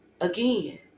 Again